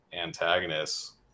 antagonists